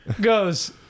goes